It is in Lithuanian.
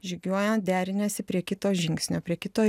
žygiuojant deriniesi prie kito žingsnio prie kito